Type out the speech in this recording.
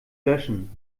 löschen